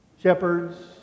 shepherds